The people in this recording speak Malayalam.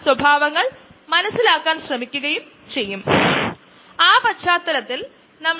അല്ലെങ്കിൽ ഇടയ്ക്കിടെ നീക്കംചെയ്യാം